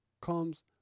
comes